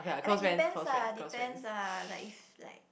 I mean depends ah depends ah like if like